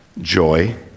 joy